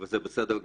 וזה בסדר גמור.